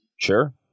Sure